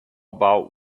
about